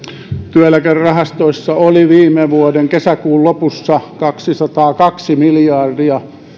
työeläkerahastoissa oli viime vuoden kesäkuun lopussa kaksisataakaksi miljardia